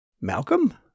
Malcolm